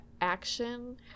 action